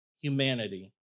humanity